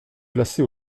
placé